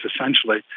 essentially